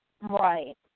Right